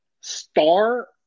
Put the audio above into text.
star